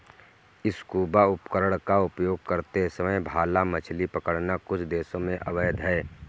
scuba उपकरण का उपयोग करते समय भाला मछली पकड़ना कुछ देशों में अवैध है